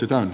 hyvä